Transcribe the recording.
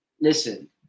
listen